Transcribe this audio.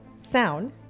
sound